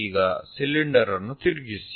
ಈಗ ಸಿಲಿಂಡರ್ ಅನ್ನು ತಿರುಗಿಸಿ